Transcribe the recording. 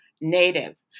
native